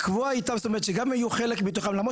לקבוע איתם שהם גם יהיו חלק מתוכם למרות